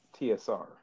TSR